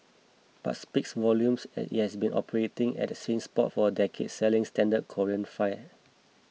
but speaks volumes as it has been operating at that same spot for a decade selling standard Korean fare